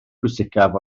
pwysicaf